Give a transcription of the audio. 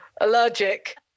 allergic